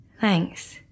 thanks